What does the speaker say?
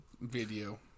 video